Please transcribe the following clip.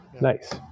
Nice